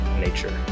nature